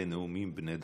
אלה נאומים בני דקה.